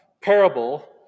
parable